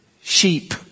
sheep